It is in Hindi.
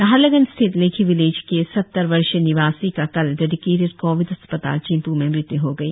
नाहरलग्न स्थिति लेखि विलेज के सत्तर वर्षीय निवासी का कल डेडिकेटेड कोविड अस्पताल चिंपू में मृत्यु हो गई